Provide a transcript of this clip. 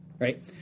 Right